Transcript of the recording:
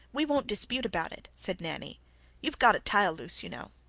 we won't dispute about it, said nanny you've got a tile loose, you know.